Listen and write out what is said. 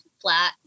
flat